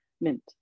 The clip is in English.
mint